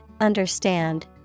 understand